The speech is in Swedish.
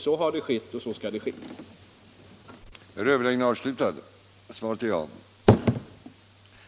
Så har skett, och så kommer också att ske.